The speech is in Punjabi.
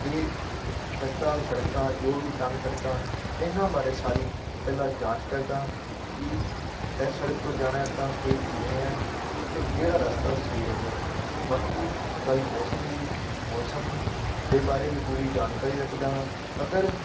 ਇਹ ਖਸਤਾ ਸੜਕਾਂ ਜੋ ਵੀ ਤੰਗ ਸੜਕਾਂ ਇਹਨਾਂ ਬਾਰੇ ਸਾਰੀ ਪਹਿਲਾਂ ਜਾਂਚ ਕਰਦਾ ਕਿ ਇਸ ਸੜਕ ਤੋਂ ਜਾਣਾ ਤਾਂ ਇਹ ਕਿਵੇਂ ਹੈ ਅਤੇ ਕਿਹੜਾ ਰਸਤਾ ਸਹੀ ਰਹੂਗਾ ਬਾਕੀ ਗੱਲ ਮੌਸਮ ਦੀ ਮੌਸਮ ਦੇ ਬਾਰੇ ਵੀ ਪੂਰੀ ਜਾਣਕਾਰੀ ਰੱਖਦਾ ਹਾਂ ਅਗਰ